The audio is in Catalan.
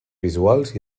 visuals